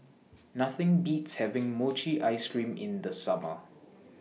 Nothing Beats having Mochi Ice Cream in The Summer